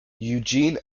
eugene